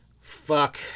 fuck